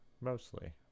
mostly